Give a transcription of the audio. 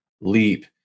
leap